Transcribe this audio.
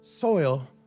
soil